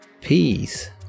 Peace